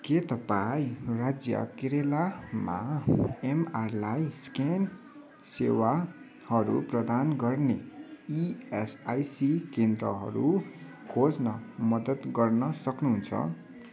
के तपाईँँ राज्य केरेलामा एमआरलाई स्क्यान सेवाहरू प्रदान गर्ने इएसआइसी केन्द्रहरू खोज्न मद्दत गर्न सक्नुहुन्छ